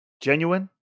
genuine